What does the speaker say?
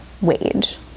wage